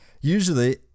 Usually